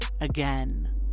again